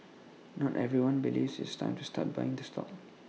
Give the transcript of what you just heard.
not everyone believes it's time to start buying the stock